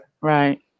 Right